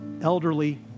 elderly